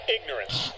Ignorance